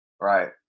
Right